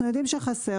אנחנו יודעים שחסר,